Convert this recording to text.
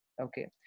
Okay